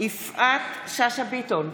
יפעת שאשא ביטון,